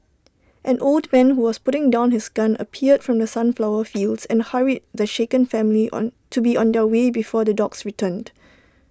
an old man who was putting down his gun appeared from the sunflower fields and hurried the shaken family on to be on their way before the dogs return